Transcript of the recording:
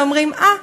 ואומרים: אה,